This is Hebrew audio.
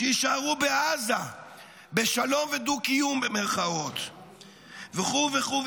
שיישארו בעזה בשלום ודו קיום במירכאות וכו' וכו'.